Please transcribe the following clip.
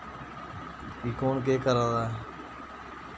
कि कौन केह् करा दा